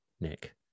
Nick